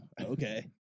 okay